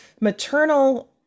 maternal